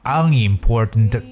unimportant